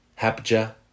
hapja